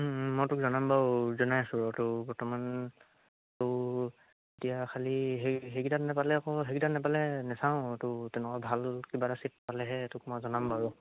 মই তোক জনাম বাৰু জনাই আছোঁ তোৰ বৰ্তমান তোৰ এতিয়া খালি সেই সেইকেইটাত নেপালে আকৌ সেইকেইটাত নেপালে নেচাওঁ আকৌ তোৰ তেনেকুৱা ভাল কিবা এটা ছিট পালেহে তোক মই জনাম বাৰু